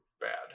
bad